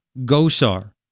Gosar